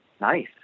nice